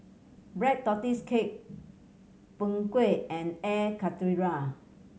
Black Tortoise Cake Png Kueh and Air Karthira